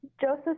Joseph